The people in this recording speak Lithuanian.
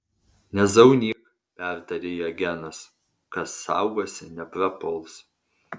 nezaunyk pertarė ją genas kas saugosi neprapuls